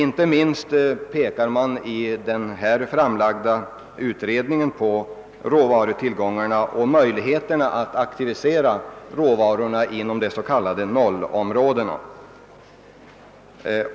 Inte minst pekar man i den här framlagda utredningen på möjligheterna att aktivisera råvarutillgångarna inom de s.k. noll-områdena.